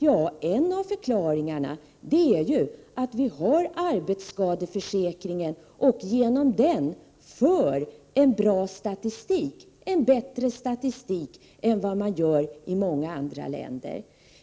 Ja, en av förklaringarna är att vi har arbetsskadeförsäkringen och genom den för en bra statistik — en bättre statistik än den man för i många andra länder.